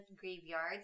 graveyards